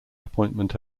appointment